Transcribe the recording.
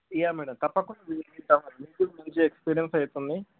ఇవి మేడం తప్పకుండా తీసుకు రండి మీ పిల్లల్ని మంచి ఎక్స్పీరియన్స్ అవుతుంది